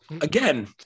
again